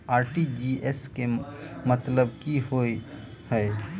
RTGS केँ मतलब की होइ हय?